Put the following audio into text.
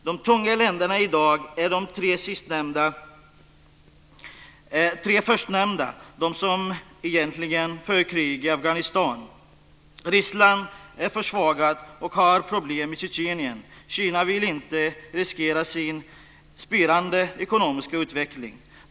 De tunga länderna i dag är de tre förstnämnda, de som egentligen för krig i Afghanistan. Ryssland är försvagat och har problem i Tjetjenien. Kina vill inte riskera sin spirande ekonomiska utveckling.